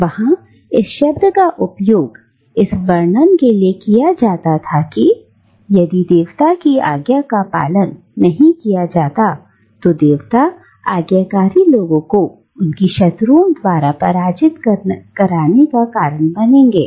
और वहां इस शब्द का उपयोग यह वर्णन करने के लिए किया जाता था कि यदि देवता की आज्ञा का पालन नहीं किया जाता तो देवता आज्ञाकारी लोगों को उनकी शत्रुओं द्वारा पराजित कराने का कारण बनेंगे